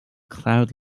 cloud